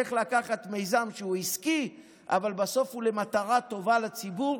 איך לקחת מיזם שהוא עסקי אבל בסוף הוא למטרה טובה לציבור.